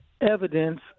evidence